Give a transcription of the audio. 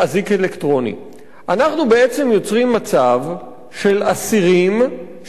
אנחנו בעצם יוצרים מצב של אסירים שנמצאים מחוץ לכלא.